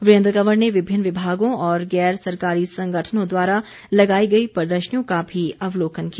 वीरेन्द्र कंवर ने विभिन्न विभागों और गैर सरकारी संगठनों द्वारा लगाई गई प्रदर्शनियों का भी अवलोकन किया